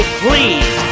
please